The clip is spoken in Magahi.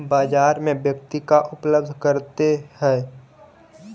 बाजार में व्यक्ति का उपलब्ध करते हैं?